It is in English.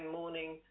morning